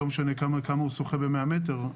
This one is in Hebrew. לא משנה כמה הוא שוחה ב-100 מטר,